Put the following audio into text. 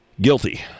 Guilty